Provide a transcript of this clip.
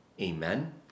Amen